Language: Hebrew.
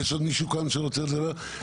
יש עוד מישהו כאן שרוצה לדבר?